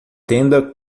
tenda